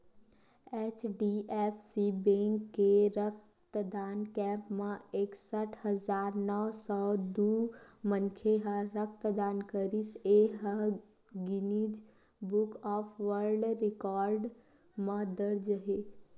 HDFC bank के रक्तदान camp म एकसट हजार नव सौ दू मनखे ह रक्तदान करिस ए ह Guinness Book of World Record म दर्ज हे